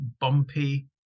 bumpy